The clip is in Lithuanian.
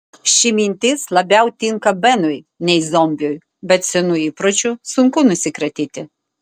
ši mintis labiau tinka benui nei zombiui bet senų įpročių sunku nusikratyti